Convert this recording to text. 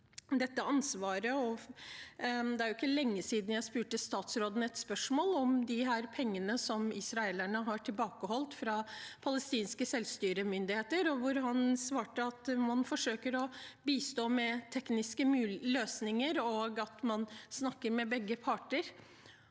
dette ansvaret: Det er ikke lenge siden jeg stilte utenriksministeren et spørsmål om pengene israelerne har tilbakeholdt fra palestinske selvstyremyndigheter. Da svarte han at man forsøker å bistå med tekniske løsninger, og at man snakker med begge parter.